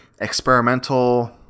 experimental